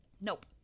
Nope